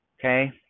Okay